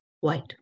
white